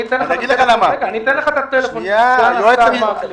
אתן לך את מספר הטלפון של סגן השר מקלב,